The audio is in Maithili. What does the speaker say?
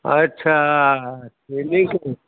अच्छा से नीक